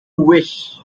wish